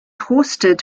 hosted